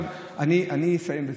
אני אסיים בזה.